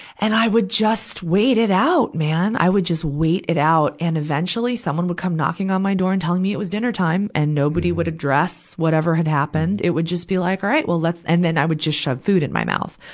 and i would just wait it out, man. i would just wait it out. and eventually, someone would come knocking on my door and telling me it was dinnertime. and nobody would address whatever had happened. it would just be like, all right, well let's and then i would just shove food in my mouth.